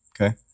Okay